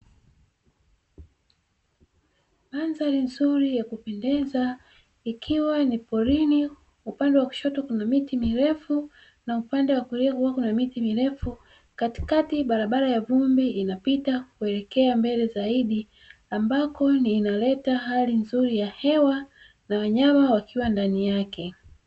Mandhari nzuri ya kupendeza ikiwa ni porini upande wa kushoto kuna miti mirefu na upande wa kulia huwa kuna miti mirefu katikati barabara ya vumbi inapita kuelekea mbele zaidi ambako ni inaleta hali nzuri ya hewa na wanyama wakiwa ndani yake.